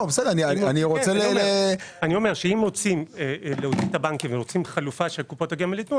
אני אומר שאם רוצים להוציא את הבנקים ורוצים חלופה שקופות הגמל ייתנו,